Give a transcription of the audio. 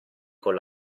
con